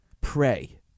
Pray